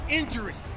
injury